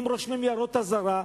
אם רושמים הערות אזהרה,